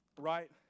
right